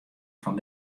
fan